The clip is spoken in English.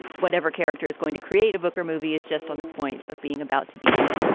whatever character is going to create a book or movie is just on the point of being about to begin it.